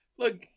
Look